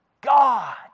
God